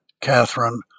Catherine